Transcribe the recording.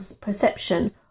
perception